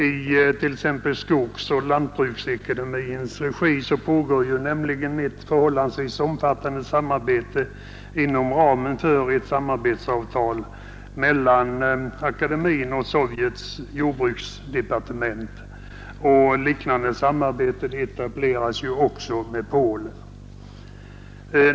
I t.ex. skogsoch lantbruksakademiens regi pågår nämligen ett förhållandevis omfattande samarbete inom ramen för ett samarbetsavtal mellan akademien och Sovjets jordbruksdepartement. Liknande samarbete etableras också med Polen.